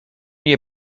nie